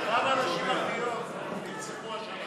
כמה נשים ערביות רצחו השנה?